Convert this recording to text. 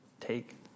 take